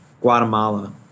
Guatemala